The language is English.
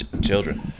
Children